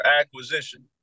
acquisition